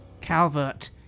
Calvert